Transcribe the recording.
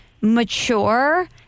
mature